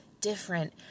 different